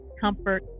comfort